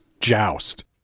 Joust